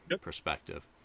perspective